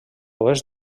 oest